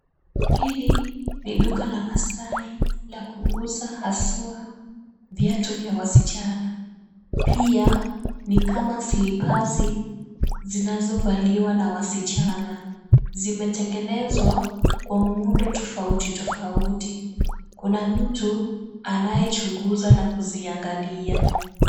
Hili ni duka la maasai la kuuza haswa, viatu za wasichana. Pia, ni kama slippers , zinazovaliwa na wasichana. Zimetengenezwa kwa muundo tofauti tofauti. Kuna mtu anayechunguza na kuziangalia.